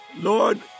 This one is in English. Lord